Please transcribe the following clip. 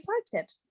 excited